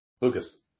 Lucas